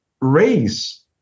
race